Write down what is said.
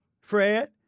Fred